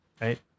Right